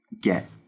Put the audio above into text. get